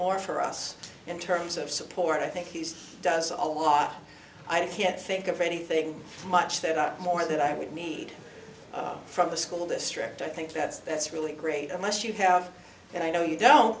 more for us in terms of support i think he's does all along i can't think of anything much that i more that i would need from the school district i think that's that's really great unless you have and i know you don't